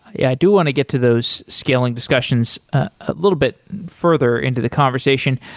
i do want to get to those scaling discussions a little bit further into the conversation,